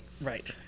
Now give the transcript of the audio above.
right